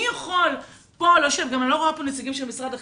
אני לא רואה פה נציגים של משרד החינוך,